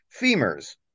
femurs